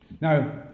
Now